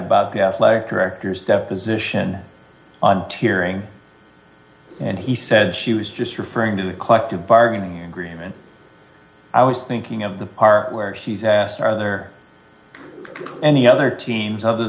about the athletic director's deposition on tiering and he said she was just referring to the collective bargaining agreement i was thinking of the part where he's asked are there any other teams other